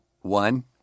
one